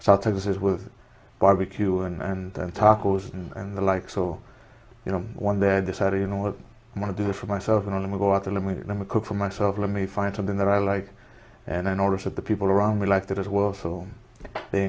south texas with barbecue and tacos and the like so you know one day i decided you know what i want to do for myself and only go out a limited number cook for myself let me find something that i like and i notice that the people around me like that as well so they